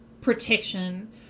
protection